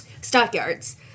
Stockyards